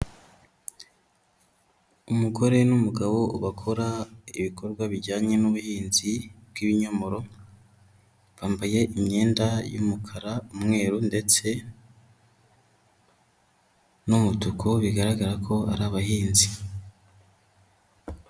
Umugore n'umugabo bakora ibikorwa bijyanye n'ubuhinzi bw'ibinyomoro, bambaye imyenda y'umukara, umweru ndetse n'umutuku, bigaragara ko ari abahinzi.